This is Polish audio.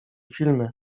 filmy